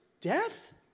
death